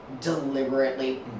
deliberately